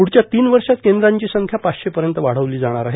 पुढच्या तीन वर्षात केंद्रांची संख्या पाचशेपर्यंत वाढवली जाणार आहे